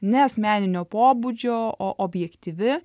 ne asmeninio pobūdžio o objektyvi